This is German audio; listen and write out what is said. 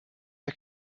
der